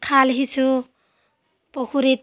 খাল সিঁচো পুখুৰীত